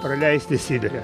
praleisti sibire